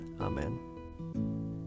Amen